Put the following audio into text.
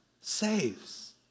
saves